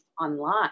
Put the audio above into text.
online